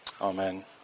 Amen